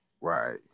Right